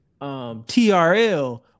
TRL